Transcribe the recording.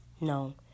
No